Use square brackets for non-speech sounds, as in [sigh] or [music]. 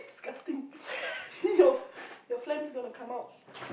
disgusting [noise] your your phlegm's gonna come out